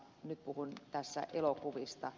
nyt puhun tässä elokuvista